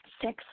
Six